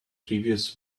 previous